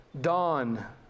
dawn